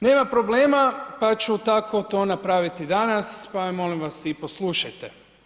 Nema problema pa ću tako to napraviti i danas pa me molim vas i poslušajte.